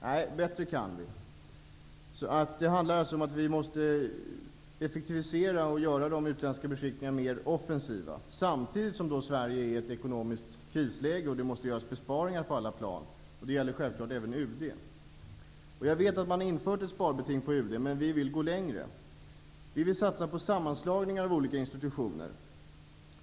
Nej, bättre kan vi. Det handlar om att vi måste effektivisera och göra de utländska beskickningarna mer offensiva. Samtidigt är Sverige i ett ekonomiskt krisläge, och det måste göras besparingar på alla plan. Det gäller självfallet även UD. Jag vet att man har infört ett sparbeting på UD. Men vi vill gå längre. Vi vill satsa på sammanslagningar av olika institutioner.